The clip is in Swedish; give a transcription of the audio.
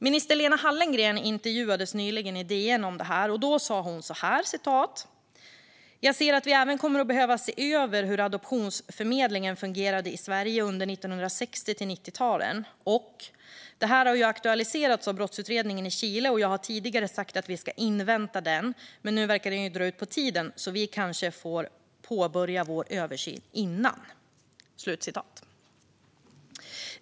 Minister Lena Hallengren intervjuades nyligen i DN om detta och sa så här: "Jag ser att vi även kommer att behöva se över hur adoptionsförmedlingen fungerade i Sverige under 1960 till 1990-talen." Hon sa också: "Det här har ju aktualiserats av brottsutredningen i Chile och jag har tidigare sagt att vi ska invänta den. Men nu verkar ju den dra ut på tiden så vi kanske får påbörja vår översyn innan."